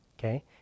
Okay